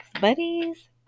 Buddies